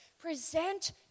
present